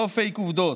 לא פייק עובדות,